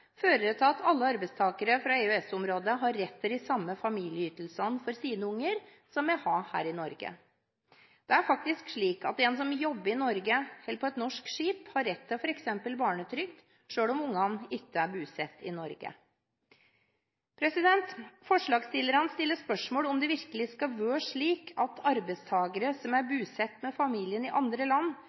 at alle arbeidstakere fra EØS-området har rett til de samme familieytelsene for sine unger som vi har her i Norge. Det er faktisk slik at en som jobber i Norge eller på et norsk skip, har rett til f.eks. barnetrygd, selv om ungene ikke er bosatt i Norge. Forslagsstillerne stiller spørsmål ved om det virkelig skal være slik at arbeidstakere som er bosatt med familien i andre land,